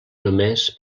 només